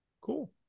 cool